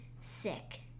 sick